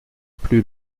plus